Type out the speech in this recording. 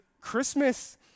Christmas